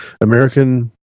American